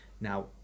now